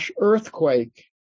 earthquake